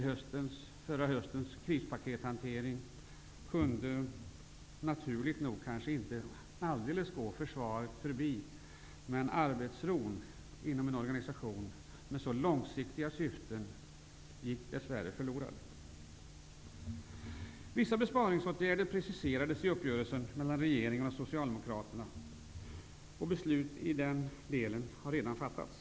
Höstens krispakethantering kunde, kanske naturligt nog, inte gå försvaret alldeles förbi. Arbetsron inom organisationen, som har så långsiktiga syften, gick dess värre förlorad. Socialdemokraterna, och beslut i den delen har redan fattats.